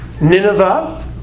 Nineveh